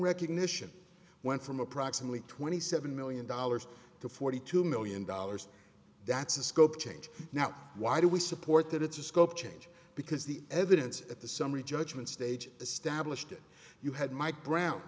recognition went from approximately twenty seven million dollars to forty two million dollars that's a scope change now why do we support that it's a scope change because the evidence at the summary judgment stage established that you had mike brown